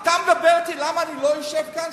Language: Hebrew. אתה מדבר אתי למה אני לא יושב כאן,